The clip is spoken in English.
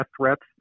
threats